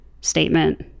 statement